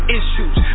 issues